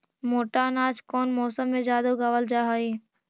मोटा अनाज कौन मौसम में जादे उगावल जा हई?